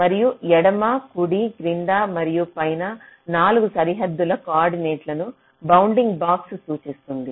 మరియు ఎడమ కుడి క్రింద మరియు పైన 4 సరిహద్దుల కోఆర్డినేట్లను బౌండింగ్ బాక్స్ సూచిస్తుంది